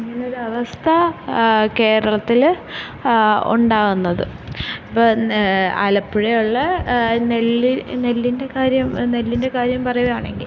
ഇങ്ങനെ ഒരു അവസ്ഥ കേരളത്തില് ഉണ്ടാകുന്നത് ഇപ്പം ആലപ്പുഴ ഉള്ള നെല്ല് നെല്ലിൻ്റെ കാര്യം നെല്ലിൻ്റെ കാര്യം പറയുകയാണെങ്കിൽ